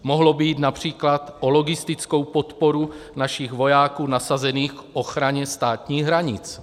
Mohlo by jít například o logistickou podporu našich vojáků nasazených k ochraně státních hranic.